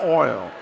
oil